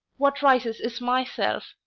what rises is myself.